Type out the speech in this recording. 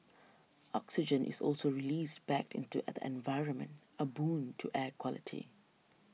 oxygen is also released back into the environment a boon to air quality